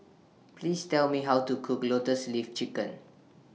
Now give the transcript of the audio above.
Please Tell Me How to Cook Lotus Leaf Chicken